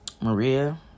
Maria